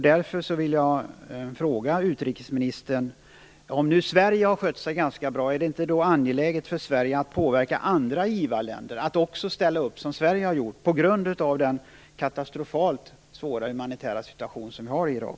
Därför vill jag fråga utrikesministern: Om nu Sverige har skött sig ganska bra, är det då inte angeläget för Sverige att påverka andra givarländer att också ställa upp, som Sverige har gjort, på grund av den katastrofalt svåra humanitära situationen i Irak?